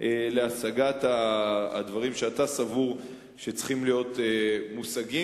להשגת הדברים שאתה סבור שצריכים להיות מושגים,